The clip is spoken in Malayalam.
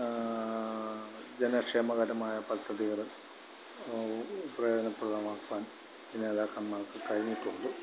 ജനക്ഷേമകരമായ പദ്ധതികള് പ്രയോജനപ്രദമാക്കുവാൻ ഈ നേതാക്കന്മാർക്ക് കഴിഞ്ഞിട്ടുണ്ട്